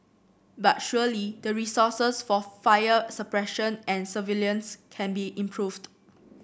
but surely the resources for fire suppression and surveillance can be improved